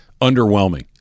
underwhelming